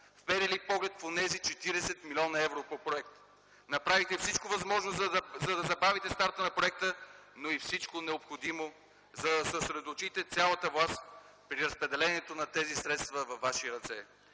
вперили поглед в онези 40 млн. евро по проект. Направихте всичко възможно, за да забавите старта на проекта, но и всичко необходимо, за да съсредоточите цялата власт при разпределението на тези средства във ваши ръце.